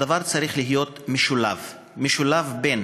הדבר צריך להיות משולב בין